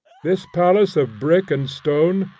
this palace of brick and stone,